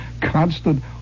constant